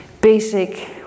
basic